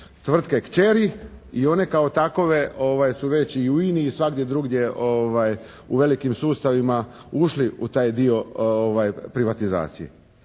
tvrtke kćeri i one kao takove su već i u Ini i svagdje drugdje u velikim sustavima ušli u taj dio privatizacije.